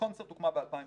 'קונצרט' הוקמה ב-2018